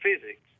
physics